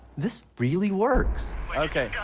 this really works. okay.